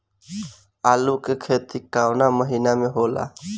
आलू के खेती कवना महीना में होला?